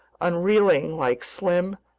unreeling like slim,